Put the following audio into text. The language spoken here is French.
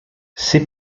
ces